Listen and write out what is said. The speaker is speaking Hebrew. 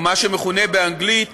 או מה שמכונה באנגלית